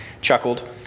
chuckled